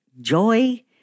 joy